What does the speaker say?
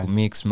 mix